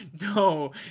no